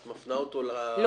את מפנה אותו למשרד?